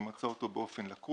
הוא מצא אותו לקוי.